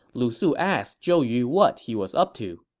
lu su asked zhou yu what he was up to